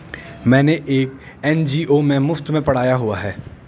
मैंने एक एन.जी.ओ में मुफ़्त में पढ़ाया हुआ है